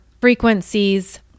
frequencies